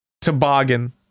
toboggan